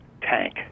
Tank